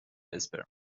اسپرم